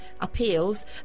appeals